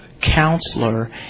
counselor